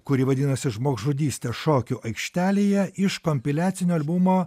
kuri vadinasi žmogžudystė šokių aikštelėje iš kompiliacinio albumo